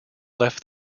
left